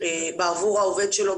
בעבור העובד שלו,